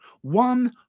one